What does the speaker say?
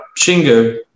Shingo